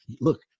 look